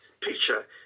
picture